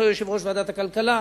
בהיותו יושב-ראש ועדת הכלכלה.